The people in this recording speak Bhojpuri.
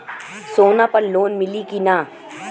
सोना पर लोन मिली की ना?